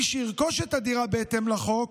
מי שירכוש את הדירה בהתאם לחוק,